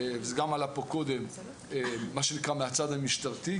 וזה גם עלה פה קודם - מהצד המשטרתי,